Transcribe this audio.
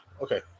okay